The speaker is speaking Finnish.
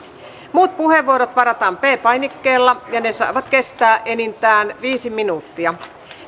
muut puheenvuorot varataan p painikkeella ja ne saavat kestää enintään viisi minuuttia